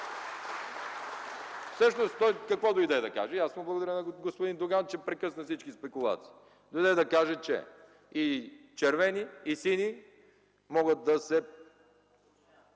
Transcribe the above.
той какво дойде да каже? Аз благодаря на господин Доган, че прекъсна всички спекулации. Дойде да каже, че и червени, и сини могат да се...